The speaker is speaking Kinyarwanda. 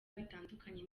bitandukanye